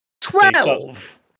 Twelve